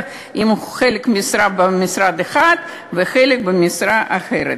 אם הוא חלק משרה במשרד אחד וחלק במשרה אחרת.